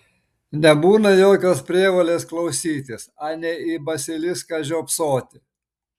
nebūna jokios prievolės klausytis anei į basiliską žiopsoti